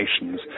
Nations